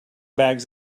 bags